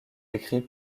écrit